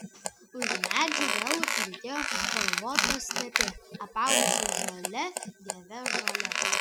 už medžių vėl plytėjo kalvota stepė apaugusi žalia gaivia žole